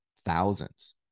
thousands